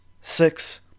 six